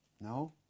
no